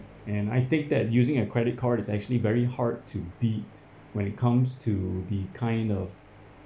and I think that using a credit card it's actually very hard to beat when it comes to the kind of